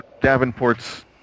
Davenport's